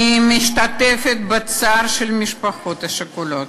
אני משתתפת בצער של המשפחות השכולות,